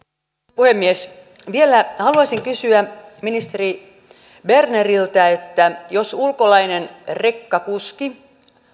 puhemies vielä haluaisin kysyä ministeri berneriltä jos ulkolainen rekkakuski